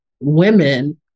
women